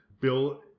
Bill